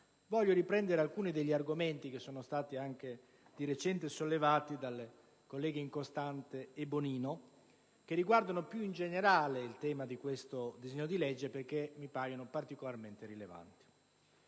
voglio riprendere alcuni degli argomenti che sono stati anche di recente sollevati dalle colleghe Incostante e Bonino, che riguardano, più in generale, il tema di questo disegno di legge, perché mi paiono particolarmente rilevanti.